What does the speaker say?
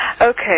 Okay